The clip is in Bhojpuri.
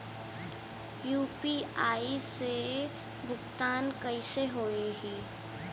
यू.पी.आई से भुगतान कइसे होहीं?